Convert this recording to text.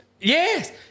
Yes